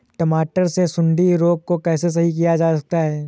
टमाटर से सुंडी रोग को कैसे सही किया जा सकता है?